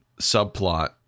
subplot